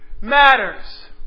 matters